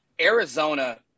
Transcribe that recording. Arizona